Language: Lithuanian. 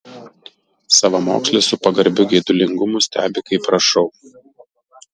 savamokslis su pagarbiu geidulingumu stebi kaip rašau